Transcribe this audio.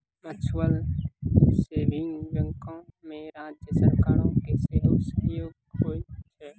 mutual saving बैंको मे राज्य सरकारो के सेहो सहयोग होय छै